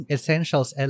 Essentials